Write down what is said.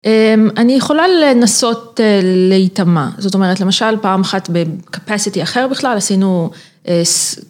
אני יכולה לנסות להיטמע, זאת אומרת למשל פעם אחת ב-capacity אחר בכלל עשינו